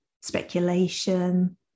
speculation